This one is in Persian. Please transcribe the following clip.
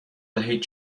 دهید